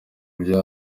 byo